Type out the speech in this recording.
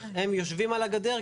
הם יושבים על הגדר,